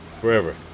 forever